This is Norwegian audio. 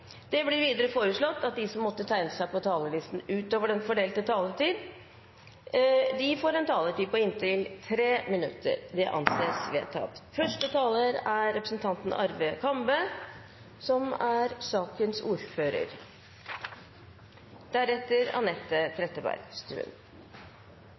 Videre blir det foreslått at de som måtte tegne seg på talerlisten utover den fordelte taletid, får en taletid på inntil 3 minutter. – Det anses vedtatt. Det er